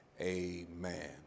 amen